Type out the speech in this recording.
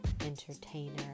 Entertainer